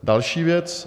Další věc.